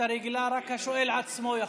שאילתה רגילה רק השואל עצמו יכול,